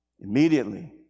Immediately